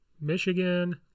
Michigan